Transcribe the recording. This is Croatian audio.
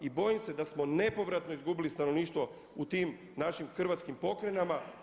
I bojim se da smo nepovratno izgubili stanovništvo u tim našim hrvatskim pokrajinama.